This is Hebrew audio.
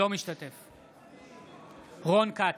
אינו משתתף בהצבעה רון כץ,